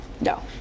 No